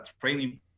training